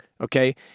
okay